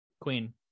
queen